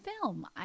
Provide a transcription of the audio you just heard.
film